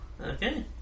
Okay